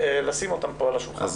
לשים אותן פה על השולחן.